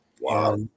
Wow